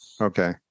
okay